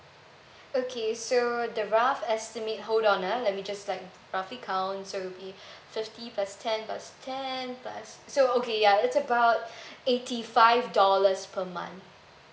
okay so the rough estimate hold on ah let me just like roughly count so it will be fifty plus ten plus ten plus so okay ya it's about eighty five dollars per month